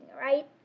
right